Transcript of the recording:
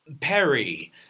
Perry